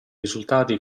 risultati